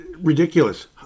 ridiculous